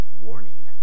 warning